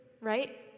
right